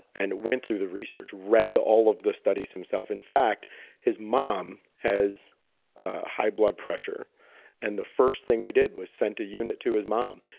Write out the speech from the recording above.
and went through the research, read all of the studies himself. in fact his mom has high blood pressure and the first thing we did was sent a unit to his mom.